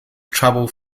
trouble